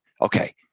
Okay